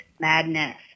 madness